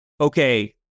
okay